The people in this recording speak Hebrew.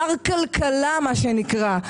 מר כלכלה מה שנקרא,